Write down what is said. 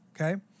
Okay